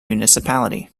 municipality